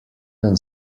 than